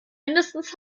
mindestens